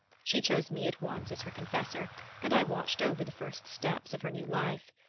she chose me at once as her confessor and i watched over the first steps of her new life.